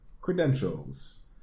credentials